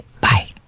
bye